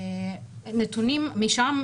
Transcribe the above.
נתונים משם,